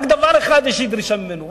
רק דרישה אחת אני דורש ממנו,